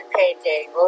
painting